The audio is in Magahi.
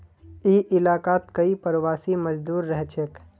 ई इलाकात कई प्रवासी मजदूर रहछेक